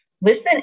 Listen